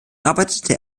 arbeitete